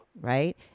Right